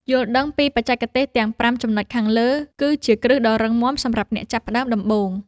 យល់ដឹងពីបច្ចេកទេសទាំងប្រាំចំណុចខាងលើគឺជាគ្រឹះដ៏រឹងមាំសម្រាប់អ្នកចាប់ផ្ដើមដំបូង។